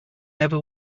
never